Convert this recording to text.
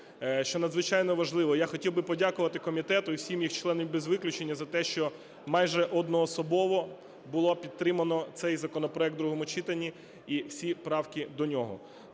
що надзвичайно важливо. Я хотів би подякувати комітету і всім його членам без виключення за те, що майже одноособово було підтримано цей законопроект в другому читанні і всі правки до нього.